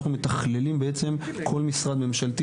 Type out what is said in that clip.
אנחנו מתכללים בעצם כל משרד ממשלתי